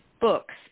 books